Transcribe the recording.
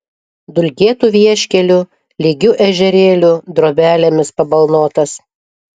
dulkėtu vieškeliu lygiu ežerėliu drobelėmis pabalnotas